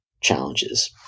challenges